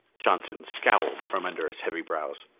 johnson scowled from under his heavy brows,